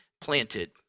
planted